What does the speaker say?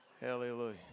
Hallelujah